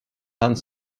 hans